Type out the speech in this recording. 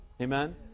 Amen